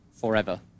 forever